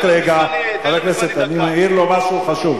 חבר הכנסת, אני מעיר לו משהו חשוב.